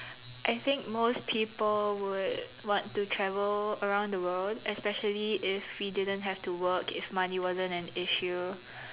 I think most people would want to travel around the world especially if we didn't have to work if money wasn't an issue